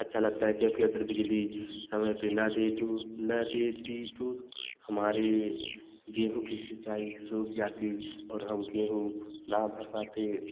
अच्छा लगता है क्योंकि बिजली समय पर ना दें तो ना देती तो हमारे गेहूँ की सिंचाई सूख जाती और गेहूँ ना हो पाते